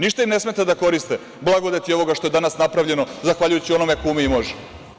Ništa im ne smeta da koriste blagodeti ovoga što je danas napravljeno, zahvaljujući onome ko ume i može.